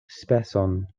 speson